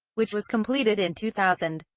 which was completed in two thousand.